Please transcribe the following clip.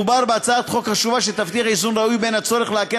מדובר בהצעת חוק חשובה שתבטיח איזון ראוי בין הצורך להקל